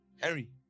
Harry